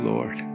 Lord